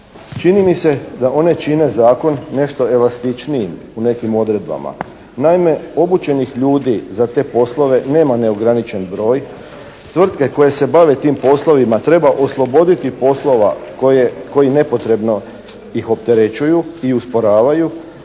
Čini mi se da one čine zakon nešto elastičnijim u nekim odredbama. Naime obučenih ljudi za te poslove nema neograničen broj. Tvrtke koje se bave tim poslovima treba osloboditi poslova koji nepotrebno ih opterećuju i usporavaju,